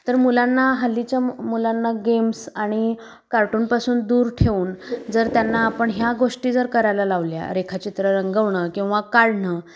तर मुलांना हल्लीच्या मुलांना गेम्स आणि कार्टूनपासून दूर ठेवणं जर त्यांना आपण ह्या गोष्टी जर करायला लावल्या रेखाचित्र रंगवणं किंवा काढणं